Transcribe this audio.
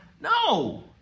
no